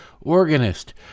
organist